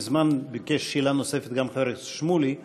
מזמן ביקש שאלה נוספת גם חבר הכנסת שמולי,